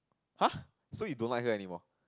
!huh! so you don't like her anymore